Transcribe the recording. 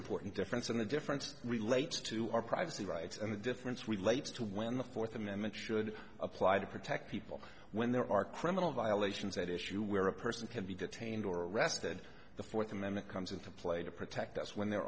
and the difference relates to our privacy rights and the difference relates to when the fourth amendment should apply to protect people when there are criminal violations at issue where a person can be detained or arrested the fourth amendment comes into play to protect us when there